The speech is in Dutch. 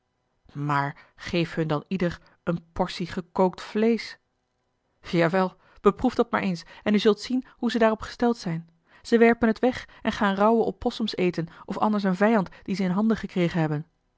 maar geef hun dan ieder eene portie gekookt vleesch ja wel beproef dat maar eens en u zult zien hoe ze daar op gesteld zijn ze werpen het weg en gaan rauwe opossums eten of eli heimans willem roda anders een vijand dien ze in handen gekregen hebben